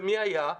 ומי היה?